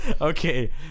Okay